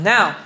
Now